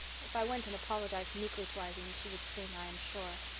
if i went and apologized meekly to irene she would sing, i am sure,